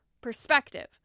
perspective